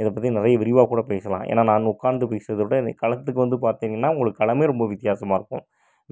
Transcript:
இதை பற்றி நிறைய விரிவாக கூட பேசலாம் ஏன்னா நாங்கள் உக்கார்ந்து பேசுகிறத விட நீங்கள் களத்துக்கு வந்து பார்த்திங்கன்னா உங்களுக்கு களமே ரொம்ப வித்யாசமாக இருக்கும்